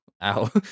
ow